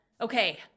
Okay